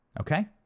okay